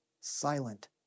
silent